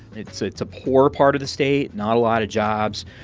it's it's a poor part of the state not a lot of jobs.